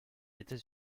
états